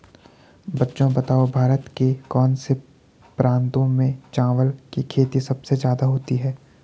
बच्चों बताओ भारत के कौन से प्रांतों में चावल की खेती सबसे ज्यादा होती है?